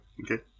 okay